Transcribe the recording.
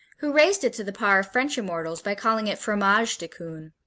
who raised it to the par of french immortals by calling it fromage de coon.